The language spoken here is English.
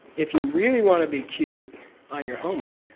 if you really want to be cute on your homework,